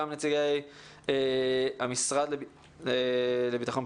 גם נציגי המשרד לביטחון פנים,